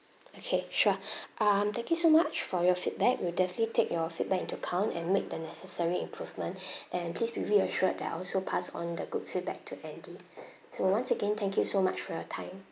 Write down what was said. okay sure um thank you so much for your feedback we'll definitely take your feedback into account and make the necessary improvement and please be reassured that I'll also pass on the good feedback to andy so once again thank you so much for your time